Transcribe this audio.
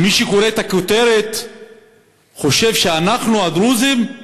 מי שקורא את הכותרת חושב שאנחנו, הדרוזים,